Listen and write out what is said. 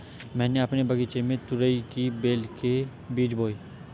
मैंने अपने बगीचे में तुरई की बेल के लिए बीज बोए